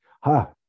ha